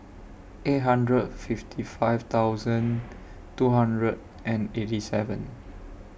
eight hundred fifty five thousand two hundred and eighty seven